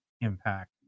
impact